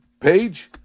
page